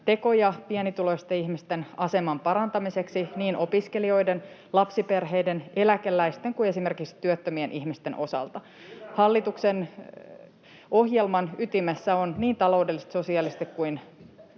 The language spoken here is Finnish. tekoja pienituloisten ihmisten aseman parantamiseksi niin opiskelijoiden, lapsiperheiden, eläkeläisten kuin esimerkiksi työttömien ihmisten osalta. Hallituksen ohjelman ytimessä on niin taloudellisesti, sosiaalisesti kuin